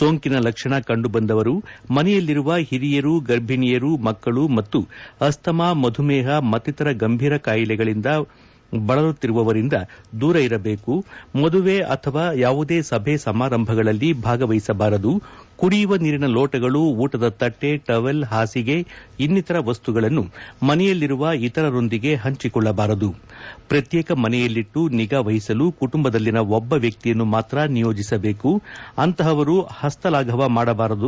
ಸೋಂಕಿನ ಲಕ್ಷಣ ಕಂಡುಬಂದವರು ಮನೆಯಲ್ಲಿರುವ ಹಿರಿಯರು ಗರ್ಭಿಣಿಯರು ಮಕ್ಕಳು ಮತ್ತು ಅಸ್ತಮಾ ಮಧುಮೇಹ ಮತ್ತಿತರ ಗಂಭೀರ ಕಾಯಿಲೆಯಿಂದ ಬಳಲುತ್ತಿರುವವರಿಂದ ದೂರ ಇರಬೇಕು ಮದುವೆ ಸಮಾರಂಭಗಳಲ್ಲಿ ಭಾಗವಹಿಸಬಾರದು ಕುಡಿಯುವ ನೀರಿನ ಲೋಣಗಳು ಊಟದ ತಟ್ಟೆ ಟವಲ್ ಹಾಸಿಗೆ ಇನ್ನಿತರ ವಸ್ತುಗಳನ್ನು ಮನೆಯಲ್ಲಿರುವ ಇತರರೊಂದಿಗೆ ಹಂಚಿಕೊಳ್ಳಬಾರದು ಪ್ರತ್ಯೇಕ ಮನೆಯಲ್ಲಿಟ್ಟು ನಿಗಾ ವಹಿಸಲು ಕುಟುಂಬದಲ್ಲಿನ ಒಬ್ಬ ವ್ಯಕ್ತಿಯನ್ನು ಮಾತ್ರ ನಿಯೋಜಿಸಬೇಕು ಅಂತವರು ಹಸಲಾಘವ ಮಾಡಬಾರದು